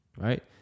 Right